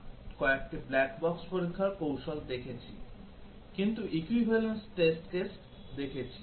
এখন পর্যন্ত আমরা ব্ল্যাক বক্স পরীক্ষার দিকে তাকিয়ে আছি এবং আমরা কয়েকটি ব্ল্যাক বক্স পরীক্ষার কৌশল দেখেছি কিন্তু equivalence class টেস্ট কেস দেখেছি